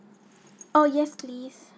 oh yes please